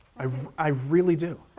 i i really do.